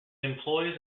employs